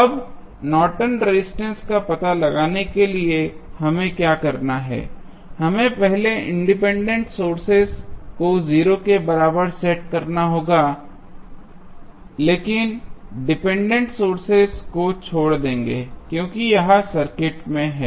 अब Norton resistance Nortons resistance का पता लगाने के लिए हमें क्या करना है हमें पहले इंडिपेंडेंट सोर्सेज को 0 के बराबर सेट करना होगा लेकिन डिपेंडेंट सोर्सेज को छोड़ दें क्योंकि यह सर्किट में है